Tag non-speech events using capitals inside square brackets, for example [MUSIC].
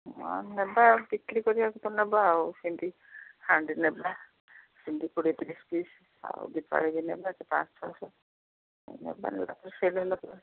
ହଁ ନେବେ ଆଉ ବିକ୍ରି କରିବାକୁ ତ ନବା ଆଉ ସେମିତି ହାଣ୍ଡି ନବା ସେମିତି କୋଡ଼ିଏ ତିରିଶ ପିସ୍ ଆଉ ଦିପାଳୀ ବି ନେବା ସେ ପାଞ୍ଚ ଶହ ଛଅଶହ [UNINTELLIGIBLE]